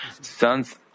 Sons